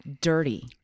dirty